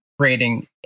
creating